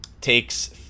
Takes